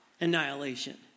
Annihilation